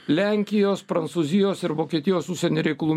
lenkijos prancūzijos ir vokietijos užsienio reikalų